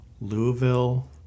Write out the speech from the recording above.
Louisville